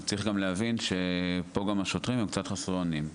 צריך גם להבין שפה גם השוטרים הם קצת חסרי אונים.